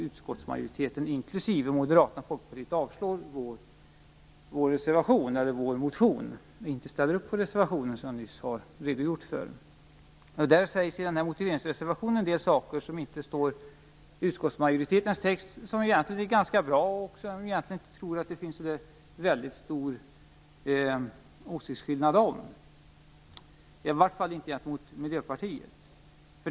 Utskottsmajoriteten, inklusive Moderaterna och Folkpartiet, avstyrker vår motion och ställer inte upp på min nyss redogjorda reservation. I motiveringsreservationen står en del saker som inte står i utskottsmajoritetens text. Egentligen är de ganska bra, och jag tror inte att det egentligen finns så stor åsiktsskillnad gentemot Miljöpartiet.